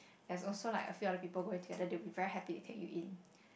there's also like a few other people who go together they will be very happy to take you in